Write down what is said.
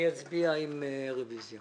אני אצביע עם רביזיה.